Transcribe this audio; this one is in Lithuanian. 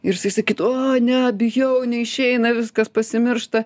ir jisai sakytų o ne bijau neišeina viskas pasimiršta